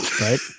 right